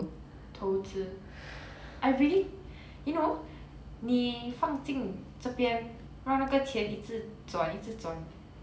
投资 I really you know 你放进这边让那个钱一直转一直转